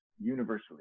universally